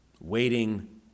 waiting